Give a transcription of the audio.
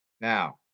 Now